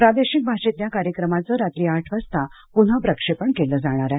प्रादेशिक भाषेतल्या कार्यक्रमाचं रात्री आठ वाजता पुन्हा प्रक्षेपण केलं जाणार आहे